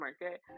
market